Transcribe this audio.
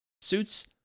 Suits